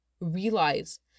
Realize